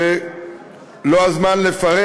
זה לא הזמן לפרט,